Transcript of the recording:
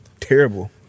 terrible